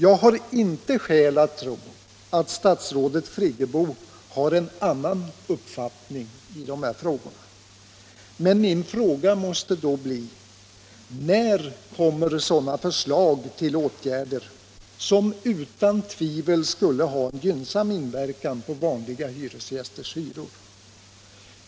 Jag har inte skäl att tro att statsrådet har en annan uppfattning i de här frågorna, men min fråga måste bli: När kommer sådana förslag till åtgärder, som utan tvivel skulle ha en gynnsam inverkan på vanliga hyresgästers hyror?